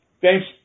thanks